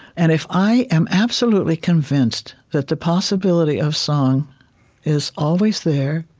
and if i am absolutely convinced that the possibility of song is always there,